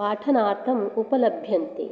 पाठनार्थम् उपलभ्यन्ते